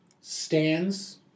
stands